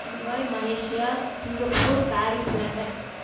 Dubai Malaysia Singapore Paris London